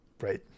right